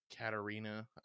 Katarina